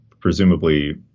presumably